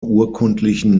urkundlichen